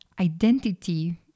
identity